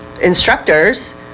instructors